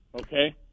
Okay